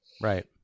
Right